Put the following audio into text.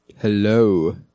Hello